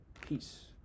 Peace